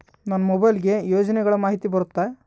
ನಮ್ ಮೊಬೈಲ್ ಗೆ ಯೋಜನೆ ಗಳಮಾಹಿತಿ ಬರುತ್ತ?